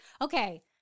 okay